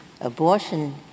Abortion